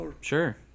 Sure